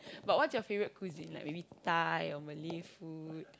but what's your favourite cuisine like maybe Thai or Malay food